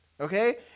Okay